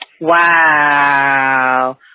Wow